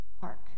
Hark